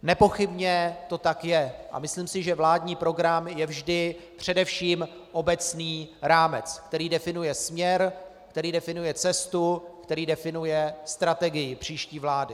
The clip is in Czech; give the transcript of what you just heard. Nepochybně to tak je a myslím si, že vládní program je vždy především obecný rámec, který definuje směr, který definuje cestu, který definuje strategii příští vlády.